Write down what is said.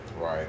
Right